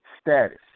status